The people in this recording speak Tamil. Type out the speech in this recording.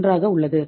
61 ஆக உள்ளது